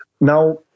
Now